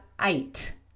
eight